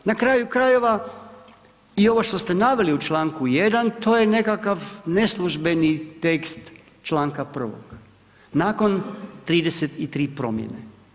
Na kraju krajeva i ovo što ste naveli u čl. 1. to je nekakav neslužbeni tekst članka 1. nakon 33 promjene.